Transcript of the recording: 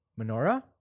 Menorah